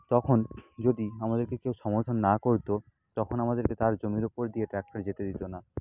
তখন যদি আমাদেরকে কেউ সমর্থন না করতো তখন আমাদেরকে তার জমির ওপর দিয়ে ট্র্যাক্টর যেতে দিতো না